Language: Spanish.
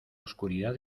oscuridad